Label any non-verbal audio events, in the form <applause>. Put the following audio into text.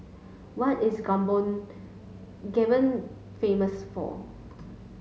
what is <unintelligible> Gabon famous for